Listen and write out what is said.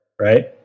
right